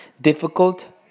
Difficult